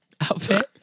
Outfit